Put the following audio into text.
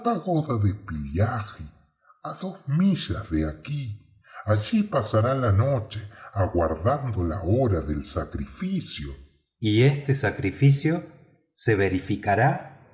de pillaji a dos millas de aquí allí pasará la noche aguardando la hora del sacrificio y este sacrificio se verificará